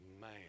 man